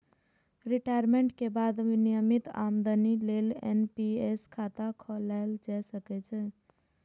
retirement के बाद नियमित आमदनी लेल एन.पी.एस खाता खोलाएल जा सकै छै